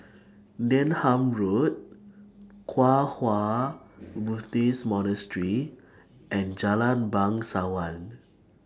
Denham Road Kwang Hua Buddhist Monastery and Jalan Bangsawan